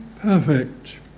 perfect